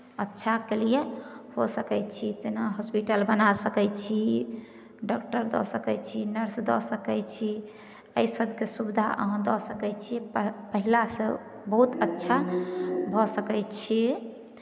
अच्छाके लिए कऽ सकै छी जेना हॉस्पिटल बना सकै छी डॉक्टर दऽ सकै छी नर्स दऽ सकै छी एहि सभके सुविधा अहाँ दऽ सकै छी प पहिलासँ बहुत अच्छा भऽ सकै छी